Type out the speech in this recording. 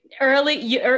early